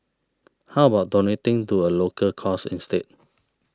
how about donating to a local cause instead